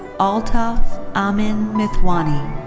altaf amin mithwani.